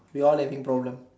we all having problem